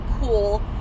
cool